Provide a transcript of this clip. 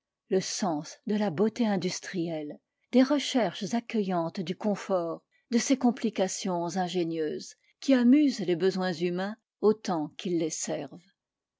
le sens de la beauté industrielle des recherches accueillantes du confort de ses complications ingénieuses qui amusent les besoins humains autant qu'ils les servent